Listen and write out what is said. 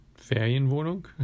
Ferienwohnung